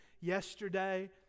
yesterday